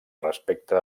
respecte